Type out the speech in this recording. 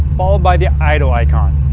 followed by the idle icon,